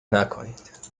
نکنید